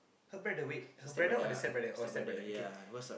her brother wait her brother or the stepbrother oh stepbrother okay